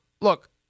Look